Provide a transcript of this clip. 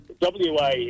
WA